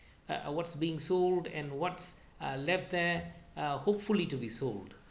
uh what's being sold and what's uh left there uh hopefully to be sold